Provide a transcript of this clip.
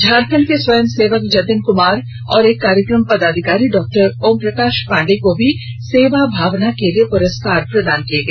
झारखंड से स्वयं सेवक जतिन कुमार और एक कार्यक्रम पदाधिकारी डॉ ओम प्रकाश पांडेय को भी सेवा भावना के लिए पुरस्कार प्रदान किया गया